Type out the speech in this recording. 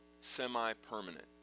semi-permanent